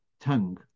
tongue